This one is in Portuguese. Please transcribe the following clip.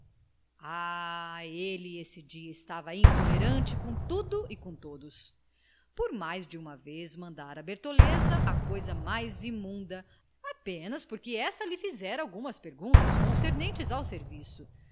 ah ele esse dia estava intolerante com tudo e com todos por mais de uma vez mandara bertoleza à coisa mais imunda apenas porque esta lhe fizera algumas perguntas concernentes ao serviço